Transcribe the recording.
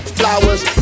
flowers